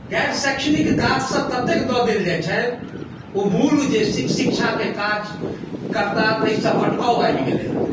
गैरशैक्षणिक काज सबी ततेक दऽ देल जाइत छनि ओ मूल जे शिक्षाके काज करता ताहि से भटकाव आबि गेलै हँ